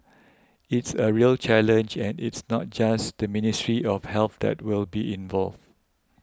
it's a real challenge and it's not just the Ministry of Health that will be involved